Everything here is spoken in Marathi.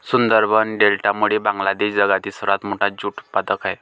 सुंदरबन डेल्टामुळे बांगलादेश जगातील सर्वात मोठा ज्यूट उत्पादक आहे